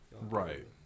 Right